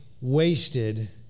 wasted